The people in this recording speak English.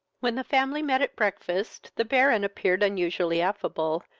when the family met at breakfast, the baron appeared unusually affable,